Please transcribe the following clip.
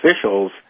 officials